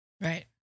Right